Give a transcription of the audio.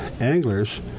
anglers